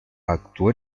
actuó